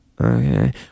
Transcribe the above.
Okay